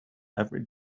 every